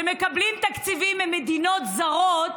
שמקבלים תקציבים ממדינות זרות